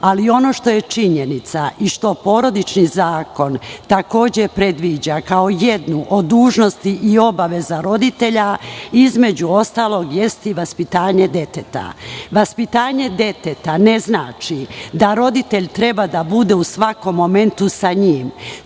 detetom. Ono što je činjenica i što Porodični zakon takođe predviđa kao jednu od dužnosti i obaveza roditelja između ostalog jeste i vaspitanje deteta. Vaspitanje deteta ne znači da roditelj treba da bude u svakom momentu sa njim.